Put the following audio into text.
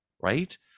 right